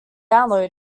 downloading